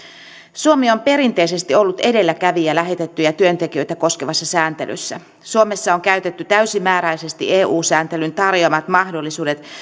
suomi on perinteisesti ollut edelläkävijä lähetettyjä työntekijöitä koskevassa sääntelyssä suomessa on käytetty täysimääräisesti eu sääntelyn tarjoamat mahdollisuudet